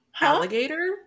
Alligator